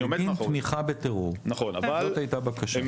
בגין תמיכה בטרור זאת הייתה הבקשה.